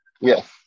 Yes